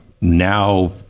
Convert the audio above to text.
now